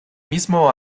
mismo